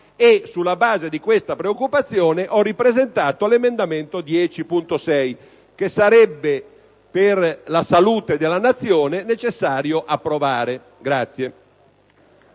sulla base di questa preoccupazione, ho ripresentato l'emendamento 10.6, che sarebbe, per la salute della Nazione, necessario approvare.